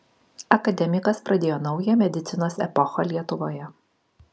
akademikas pradėjo naują medicinos epochą lietuvoje